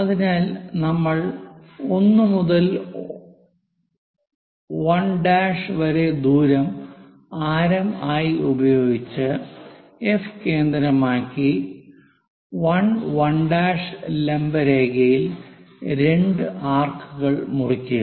അതിനാൽ 1 മുതൽ 1' വരെ ദൂരം ആരം ആയി ഉപയോഗിച്ച് എഫ് കേന്ദ്രമാക്കി 1 1 ലംബ രേഖയിൽ രണ്ട് ആർക്കുകൾ മുറിക്കുക